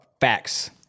Facts